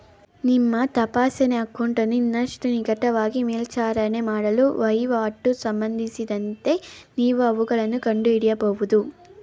ನಿಮ್ಮ ತಪಾಸಣೆ ಅಕೌಂಟನ್ನ ಇನ್ನಷ್ಟು ನಿಕಟವಾಗಿ ಮೇಲ್ವಿಚಾರಣೆ ಮಾಡಲು ವಹಿವಾಟು ಸಂಬಂಧಿಸಿದಂತೆ ನೀವು ಅವುಗಳನ್ನ ಕಂಡುಹಿಡಿಯಬಹುದು